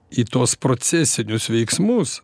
į tuos procesinius veiksmus